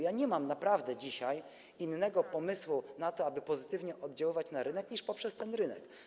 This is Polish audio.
Ja dzisiaj naprawdę nie mam innego pomysłu na to, aby pozytywnie oddziaływać na rynek, niż poprzez ten rynek.